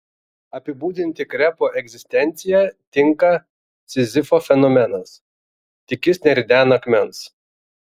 apibūdinti krepo egzistenciją tinka sizifo fenomenas tik jis neridena akmens